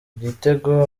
igitego